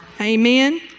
Amen